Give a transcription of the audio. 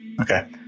Okay